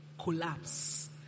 collapse